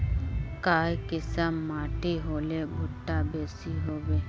काई किसम माटी होले भुट्टा बेसी होबे?